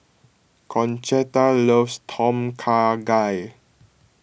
Concetta loves Tom Kha Gai